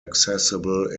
accessible